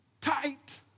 tight